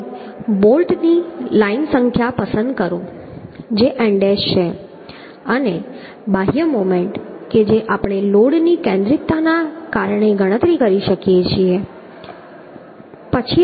પછી હવે બોલ્ટ લાઇનની સંખ્યા પસંદ કરો કે જે n ડેશ છે અને બાહ્ય મોમેન્ટ કે જે આપણે લોડની કેન્દ્રિતતાને કારણે ગણતરી કરી શકીએ છીએ